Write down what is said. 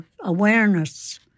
awareness